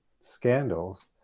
scandals